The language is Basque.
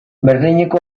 berlineko